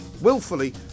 willfully